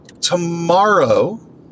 tomorrow